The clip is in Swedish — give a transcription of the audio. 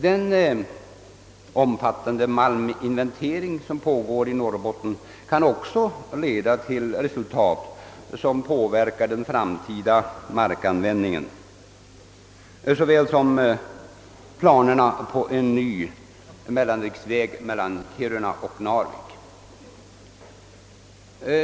Den omfattande malminventering som pågår i Norrbotten såväl som planerna på en ny mellanriksväg mellan Kiruna och Narvik kan komma att påverka den framtida markanvändningen.